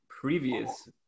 previous